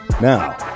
now